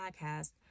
podcast